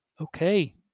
okay